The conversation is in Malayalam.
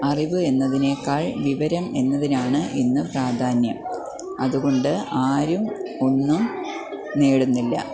അറിവ് എന്നതിനേക്കാൾ വിവരം എന്നതിനാണ് ഇന്ന് പ്രാധാന്യം അതു കൊണ്ട് ആരും ഒന്നും നേടുന്നില്ല